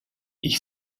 ich